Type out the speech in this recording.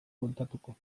bueltatuko